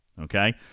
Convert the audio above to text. Okay